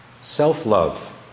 Self-love